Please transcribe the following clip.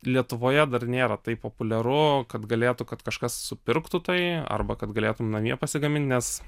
lietuvoje dar nėra tai populiaru kad galėtų kad kažkas supirktų tai arba kad galėtum namie pasigamint nes